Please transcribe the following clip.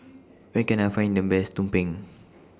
Where Can I Find The Best Tumpeng